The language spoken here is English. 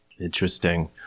Interesting